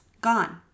gone